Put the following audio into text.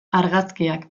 argazkiak